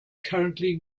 currently